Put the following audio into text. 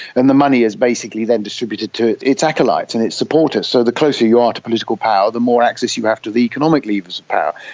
and the money is basically then distributed to its acolytes and its supporters. so the closer you are to political power the more access you have to the economic levers of power,